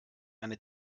eine